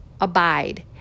abide